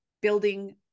building